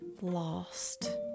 lost